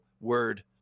word